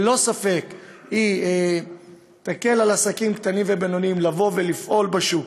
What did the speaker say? ללא ספק היא תקל על עסקים קטנים ובינוניים לבוא ולפעול בשוק,